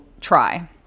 try